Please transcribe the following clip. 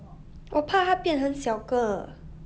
我怕它变成很小个